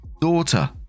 daughter